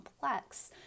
complex